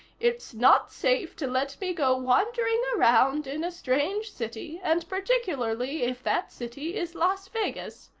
it's not safe to let me go wandering around in a strange city, and particularly if that city is las vegas.